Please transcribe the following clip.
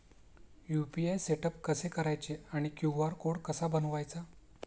UPI setup कसे करायचे आणि क्यू.आर कोड कसा बनवायचा?